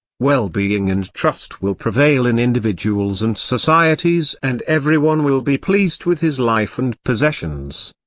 well-being and trust will prevail in individuals and societies and everyone will be pleased with his life and possessions.